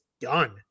done